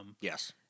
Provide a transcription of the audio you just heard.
yes